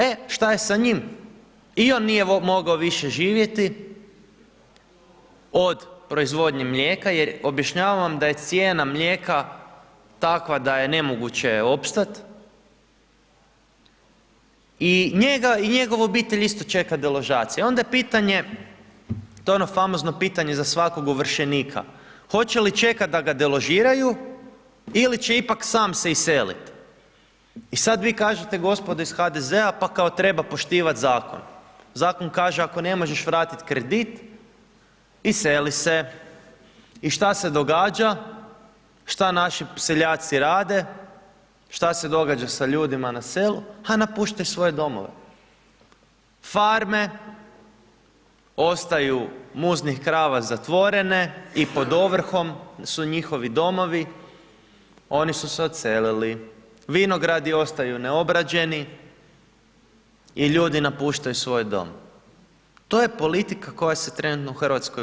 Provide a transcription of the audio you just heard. E, šta je sa njim i on nije mogao više živjeti od proizvodnje mlijeka jer objašnjavam vam da je cijena mlijeka takva da je nemoguće opstat i njega i njegovu obitelj isto čeka deložacija i onda je pitanje, to je ono famozno pitanje za svakog ovršenika, hoće li čekat da ga deložiraju ili će ipak sam se iselit i sad vi kažete gospodo iz HDZ-a, pa kao treba poštivat zakon, zakon kaže ako ne možeš vratit kredit, iseli se i šta se događa, šta naši seljaci rade, šta se događa sa ljudima na selu, ha, napuštaju svoje domove, farme ostaju muznih krava zatvorene i pod ovrhom su njihovi domovi, oni su se odselili, vinogradi ostaju neobrađeni i ljudi napuštaju svoj dom, to je politika koja se trenutno u RH vodi.